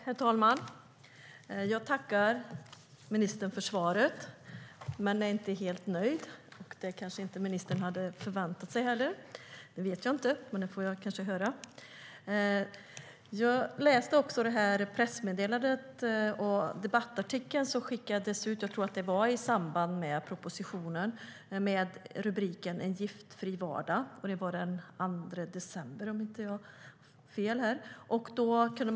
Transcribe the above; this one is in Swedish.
Herr talman! Jag tackar ministern för svaret, men jag är inte helt nöjd. Ministern hade kanske inte förväntat sig det heller. Det vet jag inte, men det får jag kanske höra här. Jag läste pressmeddelandet och debattartikeln som publicerades i samband med, tror jag att det var, propositionen med titeln På väg mot en giftfri vardag - plattform för kemikaliepolitiken . Det var den 2 december, om jag inte har fel.